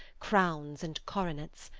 crownes and coronets,